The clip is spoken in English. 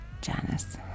Janice